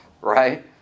right